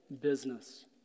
business